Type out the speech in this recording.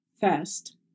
first